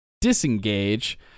Disengage